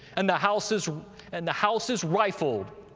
and the houses and the houses rifled,